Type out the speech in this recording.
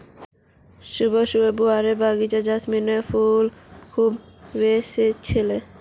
सुबह सुबह बुआर बगीचात जैस्मीनेर फुलेर खुशबू व स छिले